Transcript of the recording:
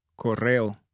correo